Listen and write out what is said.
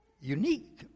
unique